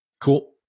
Cool